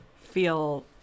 feel